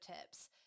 tips